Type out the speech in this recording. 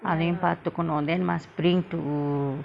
அதயு பாத்துகனு:athayu pathukanu then must bring to